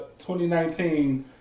2019